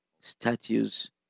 statues